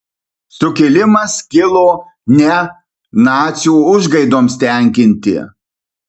sukilimas kilo ne nacių užgaidoms tenkinti